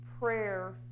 Prayer